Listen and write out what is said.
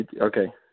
Okay